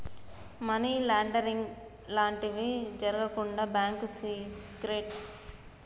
money laundering లాంటివి జరగకుండా bank secrecy అనే చట్టం పనిచేస్తది